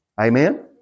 Amen